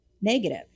Negative